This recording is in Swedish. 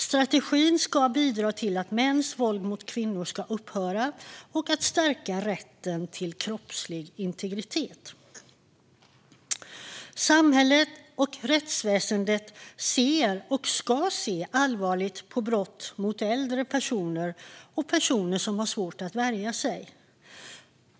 Strategin ska bidra till att mäns våld mot kvinnor ska upphöra och att stärka rätten till kroppslig integritet. Samhället och rättsväsendet ser, och ska se, allvarligt på brott mot äldre personer och personer som har svårt att värja sig.